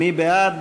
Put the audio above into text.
מי בעד?